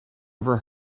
ever